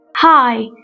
Hi